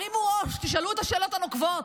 הרימו ראש, תשאלו את השאלות הנוקבות,